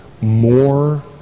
more